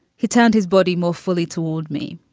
he turned his body more fully toward me.